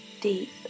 deep